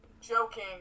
joking